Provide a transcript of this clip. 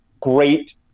great